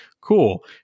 cool